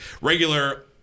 regular